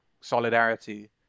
solidarity